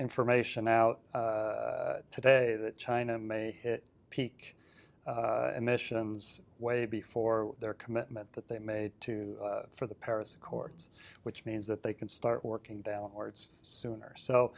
information out today that china may hit peak and missions way before their commitment that they made to for the paris accords which means that they can start working balance words sooner so